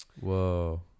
whoa